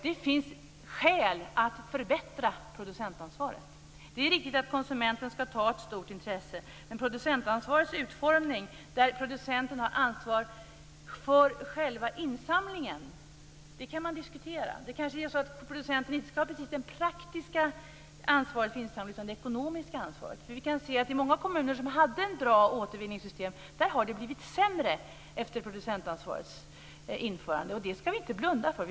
Det finns skäl att förbättra producentansvaret. Det är riktigt att konsumenterna ska ha ett stort intresse. Men det går att diskutera producentansvaret för själva insamlingen. Det kanske är så att producenten inte ska ha det praktiska ansvaret för insamlingen utan i stället det ekonomiska ansvaret. I många kommuner där det har funnits ett bra återvinningssystem har det blivit sämre efter det att producentansvaret har införts. Vi ska inte blunda för det.